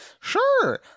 Sure